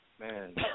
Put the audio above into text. Man